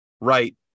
right